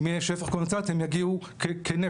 אם יהיה שפך קונדנסט הם יגיעו כנפט,